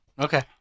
Okay